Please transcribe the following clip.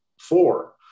Four